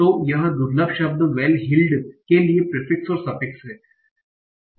तो यह दुर्लभ शब्द वेल हील्ड के लिए प्रिफिक्स और सफिक्स है